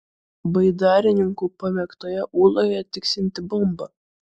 baidarininkų pamėgtoje ūloje tiksinti bomba